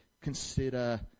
consider